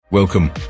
Welcome